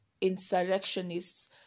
insurrectionists